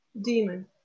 Demon